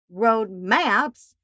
roadmaps